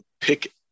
pick